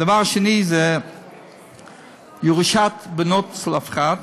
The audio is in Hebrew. הדבר השני זה ירושת בנות צלפחד,